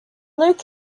luke